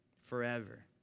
forever